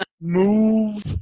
Move